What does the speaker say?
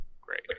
Great